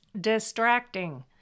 distracting